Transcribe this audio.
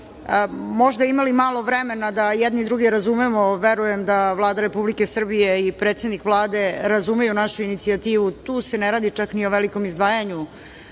možda imali malo vremena da jedni druge razumemo. Verujem da Vlada Republike Srbije i predsednik Vlade razumeju našu inicijativu, tu se ne rači čak ni o velikom izdvajanju